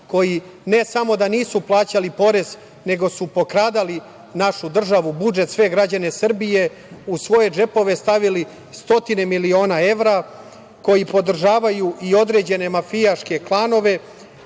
koji ne samo da nisu plaćali porez, nego su pokradali našu državu, budžet, sve građane Srbije, u svoje džepove stavili stotine miliona evra, koji podržavaju i određene mafijaške klanove,